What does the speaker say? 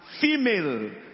female